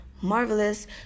Marvelous